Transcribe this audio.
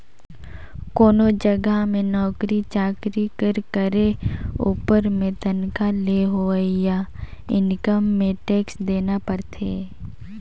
कोनो जगहा में नउकरी चाकरी कर करे उपर में तनखा ले होवइया इनकम में टेक्स देना परथे